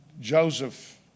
Joseph